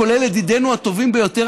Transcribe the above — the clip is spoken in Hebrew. כולל ידידינו הטובים ביותר,